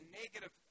negative